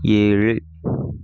ஏழு